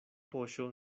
poŝo